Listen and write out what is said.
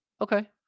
Okay